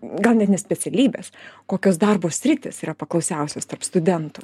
gal net ne specialybės kokios darbo sritys yra paklausiausios tarp studentų